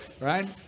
Right